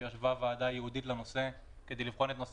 כשישבה ועדה ייעודית בנושא כדי לבחון את נושא